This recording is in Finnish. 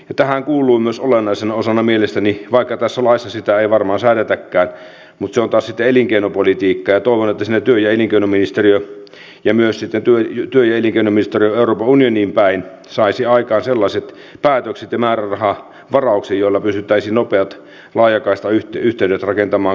tähän kuuluu olennaisena osana mielestäni myös se vaikka tässä laissa sitä ei varmaan säädetäkään mutta se on taas sitten elinkeinopolitiikkaa ja toivon että siinä työ ja elinkeinoministeriö myös euroopan unioniin päin saisi aikaan sellaiset päätökset ja määrärahavarauksen että pystyttäisiin nopeat laajakaistayhteydet rakentamaan koko suomeen